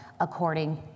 according